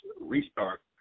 restart